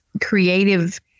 creative